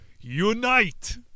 unite